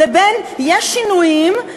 לבין "יש שינויים,